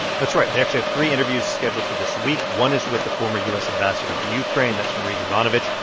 that's right. they actually have three interviews scheduled for this week. one is with the former u s. ambassador to ukraine. that's marie yovanovitch.